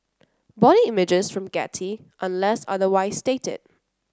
body images from Getty unless otherwise stated